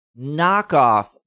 knockoff